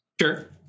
Sure